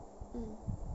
mm